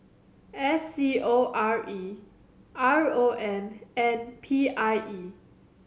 S C O R E R O M and P I E